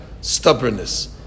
stubbornness